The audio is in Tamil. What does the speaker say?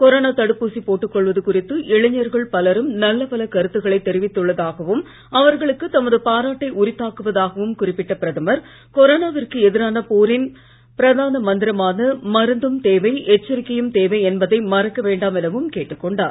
கொரோனா தடுப்பூசி போட்டுக் கொள்வது குறித்து இளைஞர்கள் பலரும் நல்ல பல கருத்துக்களை தெரிவித்துள்ளதாகும் அவர்களுக்கு தமது பாராட்டை உரித்தாகுவதாகவும் குறிப்பிட்ட பிரதமர் கொரோனாவிற்கு எதிரான போரின் பிரதான மந்திரமான மருந்தும் தேவை எச்சரிக்கையும் தேவை என்பதை மறக்க வேண்டாம் எனவும் கேட்டுக் கொண்டார்